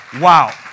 Wow